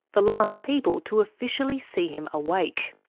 the last people to officially see him awake.